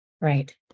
Right